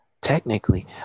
technically